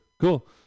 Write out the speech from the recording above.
Cool